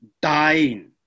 dying